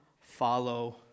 follow